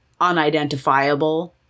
unidentifiable